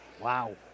Wow